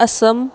Assam